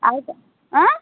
ଆଉ